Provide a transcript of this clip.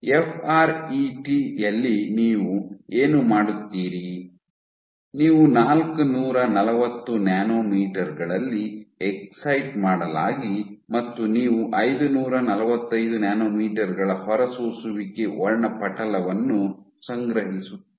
F R E T ಯಲ್ಲಿ ನೀವು ಏನು ಮಾಡುತ್ತೀರಿ ನೀವು ನಾಲ್ಕು ನೂರ ನಲವತ್ತು ನ್ಯಾನೊಮೀಟರ್ ಗಳಲ್ಲಿ ಎಕ್ಸೈಟ್ ಮಾಡಲಾಗಿ ಮತ್ತು ನೀವು ಐದು ನೂರು ನಲವತ್ತೈದು ನ್ಯಾನೊಮೀಟರ್ ಗಳ ಹೊರಸೂಸುವಿಕೆ ವರ್ಣಪಟಲವನ್ನು ಸಂಗ್ರಹಿಸುತ್ತೀರಿ